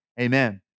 amen